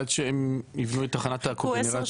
עד שיבנו את תחנת הקוגנרציה.